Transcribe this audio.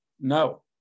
No